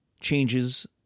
changes